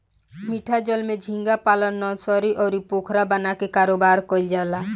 मीठा जल में झींगा पालन नर्सरी, अउरी पोखरा बना के कारोबार कईल जाला